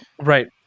right